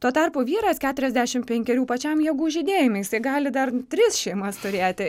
tuo tarpu vyras keturiasdešim penkerių pačiam jėgų žydėjime jisai gali dar tris šeimas turėti